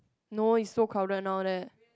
no it's so crowded now there